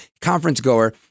conference-goer